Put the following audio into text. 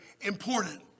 important